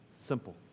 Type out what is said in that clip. Simple